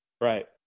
Right